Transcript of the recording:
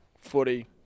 footy